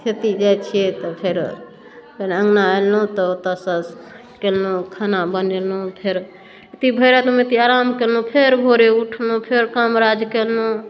खेत जाइ छियै तऽ फेर अँगना एलहुँ तऽ ओतऽ सँ केलहुँ खाना बनेलहुँ फेर भरि रातिमे आराम केलहुँ फेर भोरे उठलहुँ फेर काम राज केलहुँ